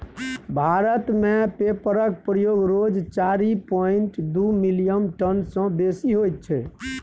भारत मे पेपरक प्रयोग रोज चारि पांइट दु मिलियन टन सँ बेसी होइ छै